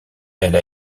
elle